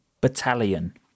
Battalion